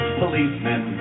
policemen